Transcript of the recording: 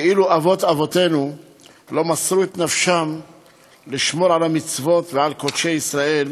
כאילו אבות אבותינו לא מסרו את נפשם לשמור על המצוות ועל קודשי ישראל.